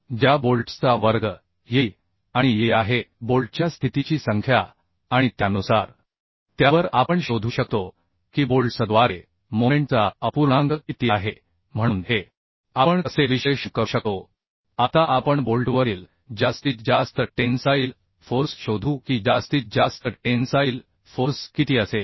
ज्या बोल्ट्सचा वर्ग yi आणि yi आहे बोल्टच्या स्थितीची संख्या आणि त्यानुसार त्यावर आपण शोधू शकतो की बोल्ट्सद्वारे मोमेंटचा अपूर्णांक किती आहे म्हणून हे आपण कसे विश्लेषण करू शकतो आता आपण बोल्टवरील जास्तीत जास्त टेन्साईल फोर्स शोधू की जास्तीत जास्त टेन्साईल फोर्स किती असेल